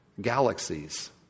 galaxies